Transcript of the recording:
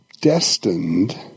destined